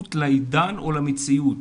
השתייכות לעידן ולמציאות.